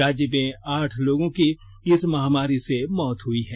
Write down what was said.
राज्य में आठ लोगों की इस महामारी से मौत हई है